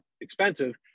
expensive